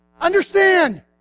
understand